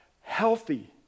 healthy